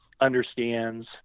understands